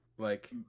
Like-